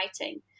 writing